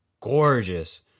Gorgeous